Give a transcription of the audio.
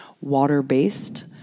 water-based